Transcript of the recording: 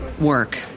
work